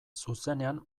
zuzenean